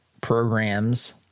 programs